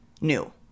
new